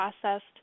processed